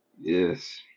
Yes